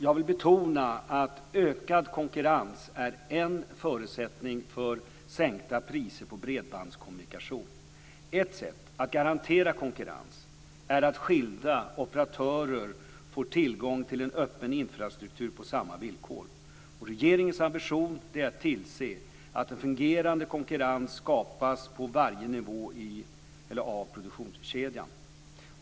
Jag vill betona att ökad konkurrens är en förutsättning för sänkta priser på bredbandskommunikation. Ett sätt att garantera konkurrens är att skilda operatörer får tillgång till en öppen infrastruktur på samma villkor. Regeringens ambition är att tillse att en fungerande konkurrens skapas på varje nivå av produktionskedjan.